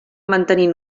mantenir